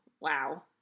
wow